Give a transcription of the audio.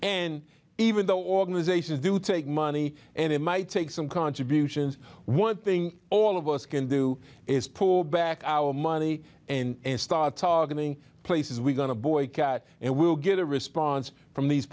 and even though organizations do take money and it might take some contributions one thing all of us can do is pull back our money and start targeting places we're going to boycott and we'll get a response from these